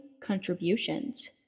contributions